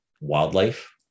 wildlife